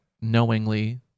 knowingly